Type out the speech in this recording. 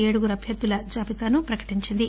ఎమ్ ఏడుగురు అభ్యర్దుల జాబితాను ప్రకటించింది